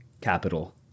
capital